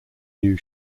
new